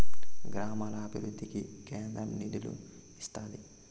గ్రామాల అభివృద్ధికి కేంద్రం నిధులు ఇత్తాది